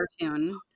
cartoon